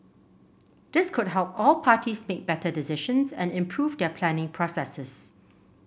this could help all parties make better decisions and improve their planning processes